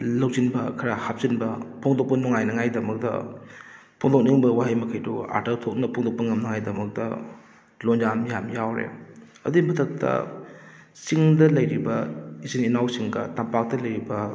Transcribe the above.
ꯂꯧꯁꯤꯟꯕ ꯈꯔ ꯍꯥꯞꯆꯤꯟꯕ ꯐꯣꯡꯗꯣꯛꯄ ꯅꯨꯡꯉꯥꯏꯅꯉꯥꯏꯗꯃꯛꯇ ꯐꯣꯡꯗꯣꯛꯅꯤꯡꯕ ꯋꯥꯍꯩ ꯃꯈꯩꯗꯨ ꯑꯥꯔꯊ ꯊꯣꯛꯅ ꯐꯣꯡꯗꯣꯛꯄ ꯉꯝꯅꯉꯥꯏꯗꯃꯛꯇ ꯂꯣꯟꯌꯥꯟ ꯌꯥꯝ ꯌꯥꯎꯔꯦ ꯑꯗꯨꯏ ꯃꯊꯛꯇ ꯆꯤꯡꯗ ꯂꯩꯔꯤꯕ ꯏꯆꯤꯟ ꯏꯅꯥꯎꯁꯤꯡꯒ ꯇꯝꯄꯥꯛꯇ ꯂꯩꯔꯤꯕ